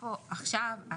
עכשיו,